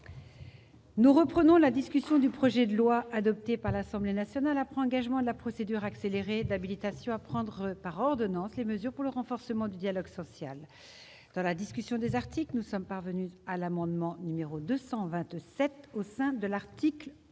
Nous reprenons la discussion du projet de loi, adopté par l'Assemblée nationale après engagement de la procédure accélérée, d'habilitation à prendre par ordonnances les mesures pour le renforcement du dialogue social. Dans la discussion du texte de la commission, nous poursuivons l'examen de l'article 1.